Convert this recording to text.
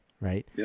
right